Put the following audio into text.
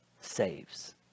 Saves